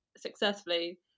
successfully